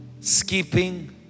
skipping